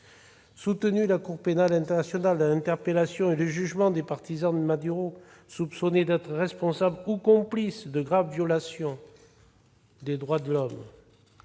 soutenu la Cour pénale internationale dans l'interpellation et le jugement des partisans de Maduro, soupçonnés d'être responsables ou complices de graves violations des droits de l'homme.